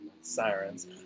sirens